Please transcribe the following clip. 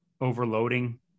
overloading